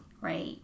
right